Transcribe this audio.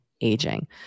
aging